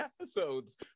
episodes